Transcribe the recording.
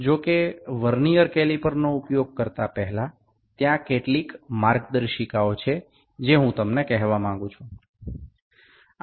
তবে vernier caliper টি ব্যবহার করার আগে আমি তাদের কিছু নির্দেশাবলী বলতে চাই